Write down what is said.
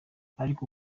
ariko